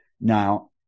now